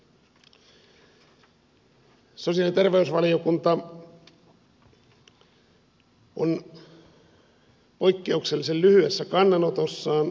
sosiaali ja terveysvaliokunta on poikkeuksellisen lyhyessä kannanotossaan todennut